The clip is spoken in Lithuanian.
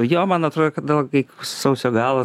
jo man atrodo kad dabar kai sausio galo